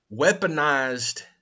weaponized